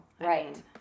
Right